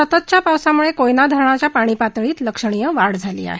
सततच्या पावसामुळे कोयना धरणाच्या पाणीपातळीत लक्षणीय वाढ झाली आहे